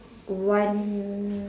one